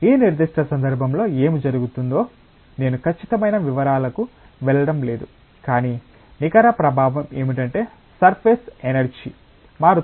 ఈ నిర్దిష్ట సందర్భంలో ఏమి జరుగుతుందో నేను ఖచ్చితమైన వివరాలకు వెళ్ళడం లేదు కానీ నికర ప్రభావం ఏమిటంటే సర్ఫేస్ ఎనర్జీ మారుతుంది